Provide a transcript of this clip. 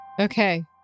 Okay